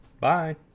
Bye